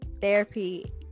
therapy